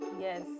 Yes